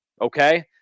Okay